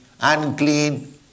unclean